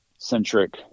centric